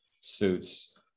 suits